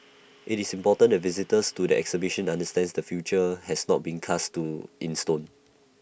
IT is important the visitors to the exhibition understand the future has not been cast in stone